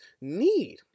need